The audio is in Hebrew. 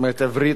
עברית,